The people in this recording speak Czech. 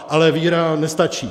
Ale víra nestačí.